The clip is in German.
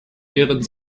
während